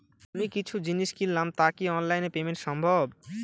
আমি কিছু জিনিস কিনলাম টা কি অনলাইন এ পেমেন্ট সম্বভ?